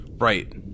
right